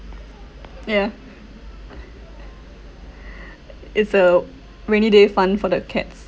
yeah it's a rainy day fun for the cats